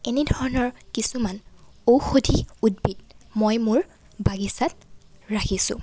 এনেধৰণৰ কিছুমান ঔষধি উদ্ভিদ মই মোৰ বাগিচাত ৰাখিছোঁ